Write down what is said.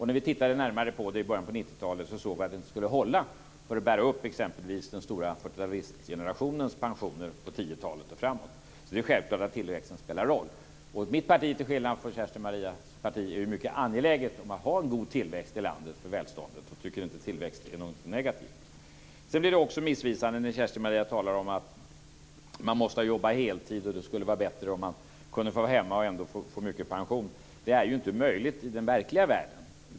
När vi tittade närmare på detta i början av 90-talet såg vi att det inte skulle hålla för att bära upp t.ex. den stora 40-talistgenerationens pensioner under 10-talet och framåt. Det är självklart att tillväxten spelar en roll. Mitt parti - till skillnad från Kerstin-Maria Stalins parti - är mycket angeläget om att ha en god tillväxt i landet för välståndet och tycker inte att tillväxt är någonting negativt. Sedan blir det missvisande när Kerstin-Maria Stalin talar om att man måste jobba heltid och att det skulle vara bättre att få vara hemma och ändå få mycket pension. Det är ju inte möjligt i den verkliga världen.